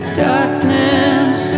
darkness